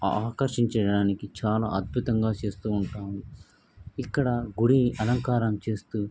ఆకర్షించడానికి చాలా అద్భుతంగా చేస్తూ ఉంటాము ఇక్కడ గుడి అలంకారం చేస్తూ